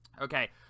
Okay